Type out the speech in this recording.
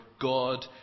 God